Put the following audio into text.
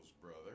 brother